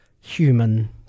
human